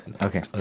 Okay